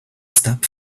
stop